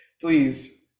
Please